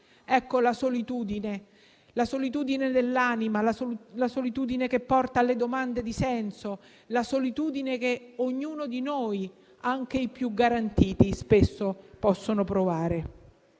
Ecco, la solitudine: la solitudine dell'anima, la solitudine che porta alle domande di senso, la solitudine che ognuno di noi, anche i più garantiti, spesso possono provare.